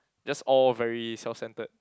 just all very self centered